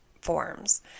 forms